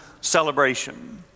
celebration